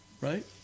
Right